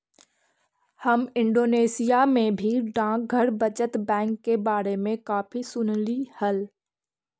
हम इंडोनेशिया में भी डाकघर बचत बैंक के बारे में काफी सुनली हल